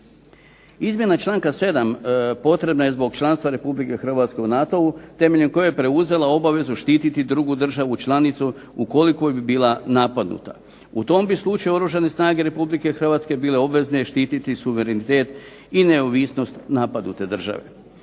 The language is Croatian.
Izmjena članka 7. potrebna je zbog članstva Republike Hrvatske u NATO-u temeljem kojeg je preuzela obavezu štititi drugu državu članicu ukoliko bi bila napadnuta. U tom bi slučaju Oružane snage Republike Hrvatske bile obvezne štititi suverenitet i neovisnost napadnute države.